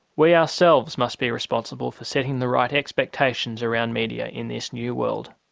we ourselves must be responsible for setting the right expectations around media in this new world.